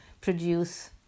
produce